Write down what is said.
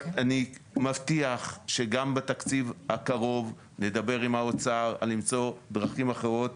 אני מבטיח שגם בתקציב הקרוב נדבר עם האוצר על למצוא דרכים אחרות